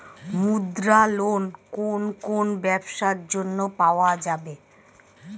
মুদ্রা লোন কোন কোন ব্যবসার জন্য পাওয়া যাবে?